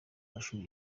mashuri